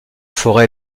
forêt